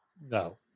No